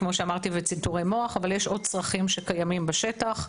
וצנתורי מוח, אבל יש עוד צרכים שקיימים בשטח,